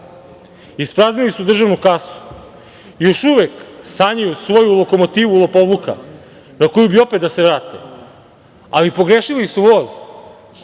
Ispraznili su državnu kasu. Još uvek sanjaju svoju lokomotivu lopovluka na koju bi opet da se vrate, ali pogrešili su voz,